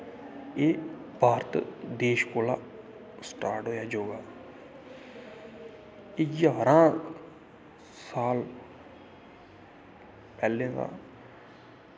एह् भारत देश कोला स्टार्ट होआ योगा एह् जारां साल पैह्लें दा